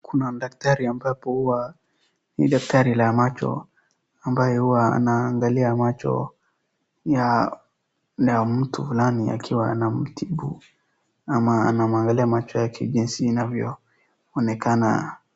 Kuna daktari ambapo huwa ni daktari la macho ambaye huwa anaangalia macho ya, na mtu fulani akiwa anamtibu ama anamuangalia macho yake jinsi inavyoonekana